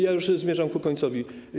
Już zmierzam ku końcowi.